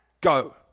Go